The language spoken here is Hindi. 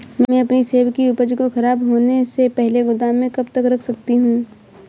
मैं अपनी सेब की उपज को ख़राब होने से पहले गोदाम में कब तक रख सकती हूँ?